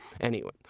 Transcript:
anyway